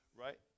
right